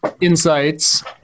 insights